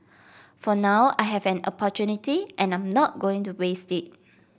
for now I have an opportunity and I'm not going to waste it